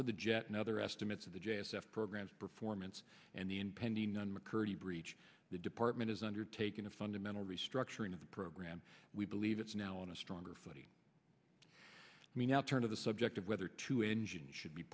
to the jet and other estimates of the j s f programs performance and the impending none mccurdy breach the department is undertaking a fundamental restructuring of the program we believe it's now in a stronger footing we now turn to the subject of whether two engine should be